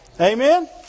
Amen